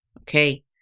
Okay